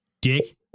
Dick